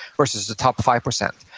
versus the top five percent,